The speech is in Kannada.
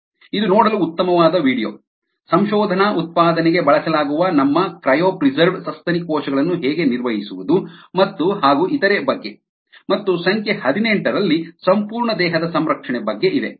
ಇದು ನೋಡಲು ಉತ್ತಮವಾದ ವೀಡಿಯೊ ಸಂಶೋಧನಾ ಉತ್ಪಾದನೆಗೆ ಬಳಸಲಾಗುವ ನಮ್ಮ ಕ್ರಯೋಪ್ರೀಸೆರ್ವ್ಡ್ ಸಸ್ತನಿ ಕೋಶಗಳನ್ನು ಹೇಗೆ ನಿರ್ವಹಿಸುವುದು ಮತ್ತು ಹಾಗು ಇತರೆ ಬಗ್ಗೆ ಮತ್ತು ಸಂಖ್ಯೆ ಹದಿನೆಂಟರಲ್ಲಿ ಸಂಪೂರ್ಣ ದೇಹದ ಸಂರಕ್ಷಣೆ ಬಗ್ಗೆ ಇದೆ